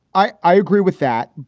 i i agree with that